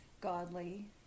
godly